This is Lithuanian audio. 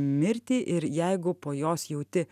mirtį ir jeigu po jos jauti